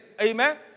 Amen